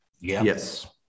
Yes